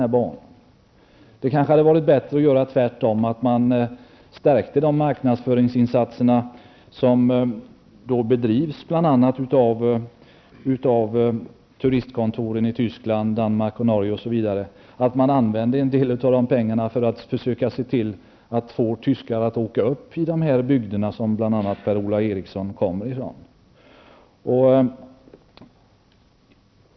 Det hade kanske varit bättre att göra tvärtom, dvs. stärka marknadsföringsinsatserna som bedrivs bl.a. av turistkontoren i Tyskland, Danmark och Norge. Pengarna kan användas för att få tyskarna att åka till de bygder som bl.a. Per-Ola Eriksson kommer från.